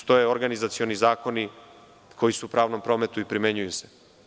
Postoje organizacioni zakoni koji su u pravnom prometu i primenjuju se.